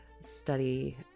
study